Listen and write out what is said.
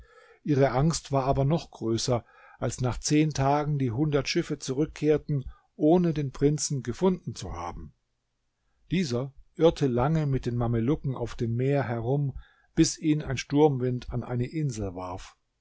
ihre angst war aber noch größer als nach zehn tagen die hundert schiffe zurückkehrten ohne den prinzen gefunden zu haben dieser irrte lange mit den mamelucken auf dem meer herum bis ihn ein sturmwind an eine insel warf